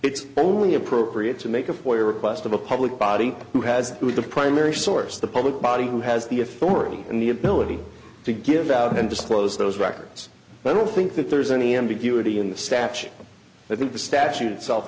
it's only appropriate to make a play request of a public body who has the primary source the public body who has the authority and the ability to give out and disclose those records but i don't think that there's any ambiguity in the statute i think the statute itself